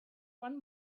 one